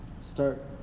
start